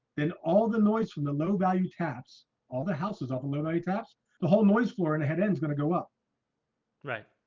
then all the noise from the low value taps all the houses all the lumati taps the whole noise floor and a head end is going to go up right